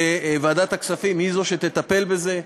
וועדת הכספים היא שתטפל בזה.